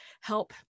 help